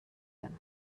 him